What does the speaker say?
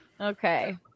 Okay